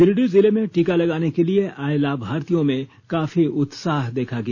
गिरिडीह जिले में टीका लगाने के लिए आए लाभार्थियों में काफी उत्साह देखा गया